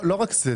לא רק זה.